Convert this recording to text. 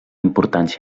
importància